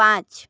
पाँच